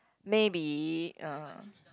maybe uh